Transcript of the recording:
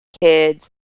kids